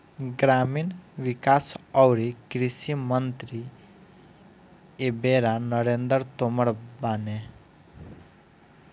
ग्रामीण विकास अउरी कृषि मंत्री एबेरा नरेंद्र तोमर बाने